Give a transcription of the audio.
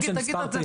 תגיד את זה.